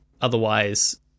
otherwise